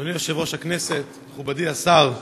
אדוני יושב-ראש הכנסת, מכובדי השר,